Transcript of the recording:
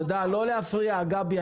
לא להפריע, גבי.